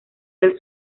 del